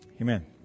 Amen